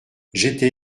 j’étais